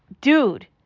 Dude